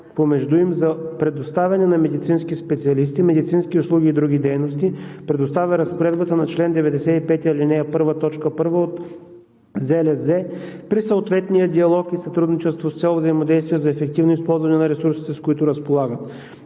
помежду им за предоставяне на медицински специалисти, медицински услуги и други дейности, предоставя разпоредбата на чл. 95, ал. 1, т. 1 от Закона за лечебните заведения, при съответния диалог и сътрудничество с цел взаимодействие за ефективно използване на ресурсите, с които разполагаме.